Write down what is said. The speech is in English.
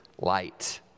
light